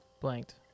blanked